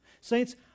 Saints